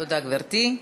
תודה, גברתי.